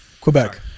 Quebec